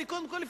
אני קודם כול,